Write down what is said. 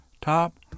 top